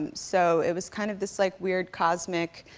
so, it was kind of this, like, weird, cosmic